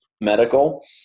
medical